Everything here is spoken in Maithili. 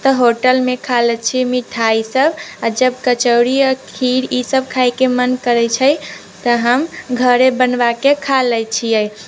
तऽ होटलमे खा लैत छी मिठाइसभ आ जब कचौड़ी आ खीर ईसभ खायके मन करैत छै तऽ हम घरे बनबा कऽ खा लैत छियै